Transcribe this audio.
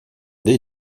des